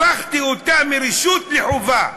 הפכתי אותה מחובה לרשות.